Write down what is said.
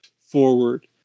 forward